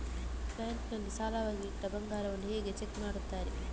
Bank ನಲ್ಲಿ ಸಾಲವಾಗಿ ಇಟ್ಟ ಬಂಗಾರವನ್ನು ಹೇಗೆ ಚೆಕ್ ಮಾಡುತ್ತಾರೆ?